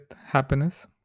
happiness